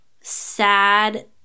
sad